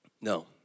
No